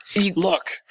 Look